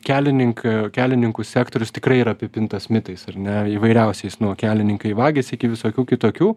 kelinink kelininkų sektorius tikrai yra apipintas mitais ar ne įvairiausiais nuo kelininkai vagys iki visokių kitokių